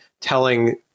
telling